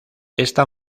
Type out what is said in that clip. esta